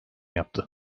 yaptı